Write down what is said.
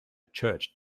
church